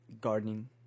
gardening